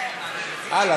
הלאה,